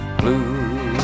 blue